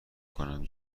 کنم